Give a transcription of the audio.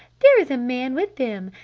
there is a man with them!